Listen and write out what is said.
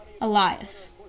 Elias